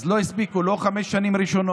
תודה, אדוני היושב-ראש,